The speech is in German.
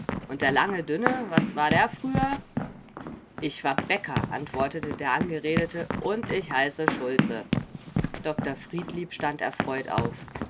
und der lange dünne was war der früher ich war bäcker antwortete der angeredete und ich heiße schulze dr friedlieb stand erfreut auf